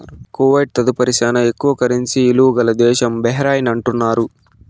Kuwait తదుపరి శానా ఎక్కువ కరెన్సీ ఇలువ గల దేశం బహ్రెయిన్ అంటున్నారు